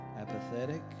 apathetic